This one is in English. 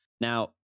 Now